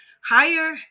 higher